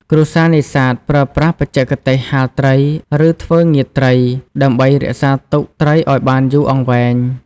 គ្រួសារនេសាទប្រើប្រាស់ បច្ចេកទេសហាលត្រី ឬ ធ្វើងៀតត្រីដើម្បីរក្សាទុកត្រីឱ្យបានយូរអង្វែង។